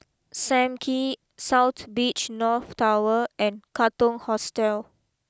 Sam Kee South Beach North Tower and Katong Hostel